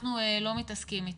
אנחנו לא מתעסקים איתו.